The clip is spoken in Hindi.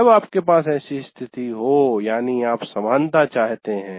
जब आपके पास ऐसी स्थिति हो यानी आप समानता इक्विटी चाहते हैं